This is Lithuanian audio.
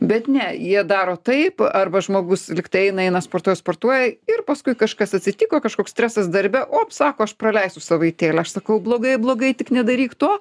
bet ne jie daro taip arba žmogus lygtai eina eina sportuoja sportuoja ir paskui kažkas atsitiko kažkoks stresas darbe op sako aš praleisiu savaitėlę aš sakau blogai blogai tik nedaryk to